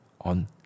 on